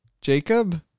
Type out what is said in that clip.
jacob